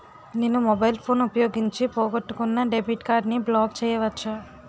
నేను mobile phone ఉపయోగించి పోగొట్టుకున్న డెబిట్ కార్డ్ని బ్లాక్ చేయవచ్చా?